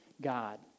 God